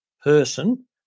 person